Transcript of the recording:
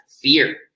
fear